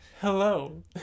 Hello